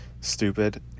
stupid